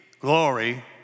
Glory